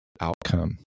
outcome